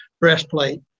breastplate